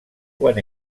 quan